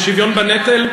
בשוויון בנטל.